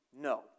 No